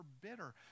bitter